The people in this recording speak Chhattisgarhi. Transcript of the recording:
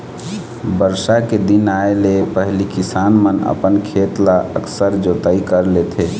बरसा के दिन आए ले पहिली किसान मन अपन खेत ल अकरस जोतई कर लेथे